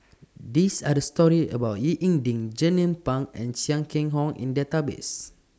These Are The stories about Ying E Ding Jernnine Pang and Chia Keng Hock in Database